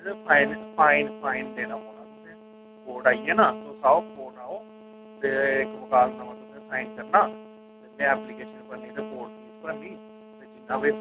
sir fine fine fine देना पौना तुसें कोर्ट आइयै ना तुस आओ कोर्ट आओ ते साइन करना ते में ऐप्लीकेशन भरनी कोर्ट रसीद भरनी ते